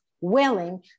willing